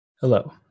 Hello